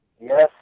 Yes